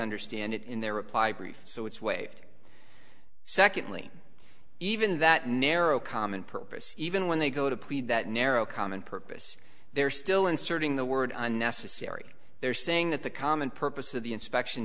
understand it in their reply brief so it's way secondly even that narrow common purpose even when they go to plead that narrow common purpose they're still inserting the word unnecessary they're saying that the common purpose of the inspection